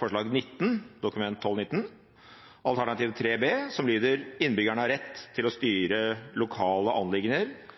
forslag nr. 19, Dokument 12:19 for 2011–2012, alternativ 3 B, som lyder: «Innbyggerne har rett til å styre lokale anliggender